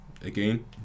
again